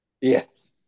Yes